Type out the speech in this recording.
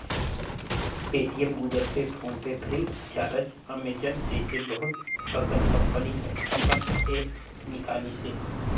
Paytm, Google pay, PhonePe free, charge, Amazon जइसे बहुत अकन कंपनी हर अपन ऐप्स निकालिसे